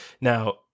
Now